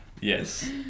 Yes